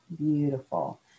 Beautiful